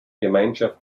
gemeinschaft